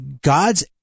God's